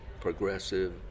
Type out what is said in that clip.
progressive